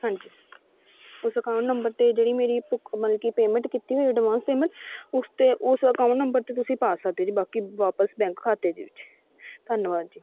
ਹਾਂਜੀ ਉਸ account number 'ਤੇ ਜਿਹੜੀ ਮੇਰੀ ਭੁੱਖ ਮਲ ਕਿ ਪੇਮੈਂਟ ਕੀਤੀ ਹੋਈ ਅਡਵਾਂਸ ਪੇਮੈਂਟ ਉਸ 'ਤੇ ਉਸ ਅਕਾਊਂਟ ਨੰਬਰ 'ਤੇ ਤੁਸੀਂ ਪਾ ਸਕਦੇ ਜੀ ਬਾਕੀ ਵਾਪਸ ਬੈਂਕ ਖਾਤੇ ਦੇ ਵਿੱਚ ਧੰਨਵਾਦ ਜੀ